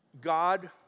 God